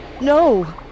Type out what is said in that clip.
No